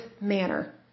manner